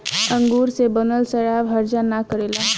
अंगूर से बनल शराब हर्जा ना करेला